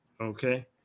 okay